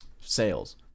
sales